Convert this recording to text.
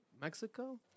Mexico